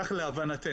כך להבנתנו.